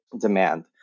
demand